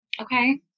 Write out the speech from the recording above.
Okay